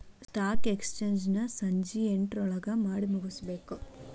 stock exchange ನ ಸಂಜಿ ಎಂಟ್ರೊಳಗಮಾಡಿಮುಗ್ಸ್ಬೇಕು